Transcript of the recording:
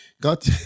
God